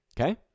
Okay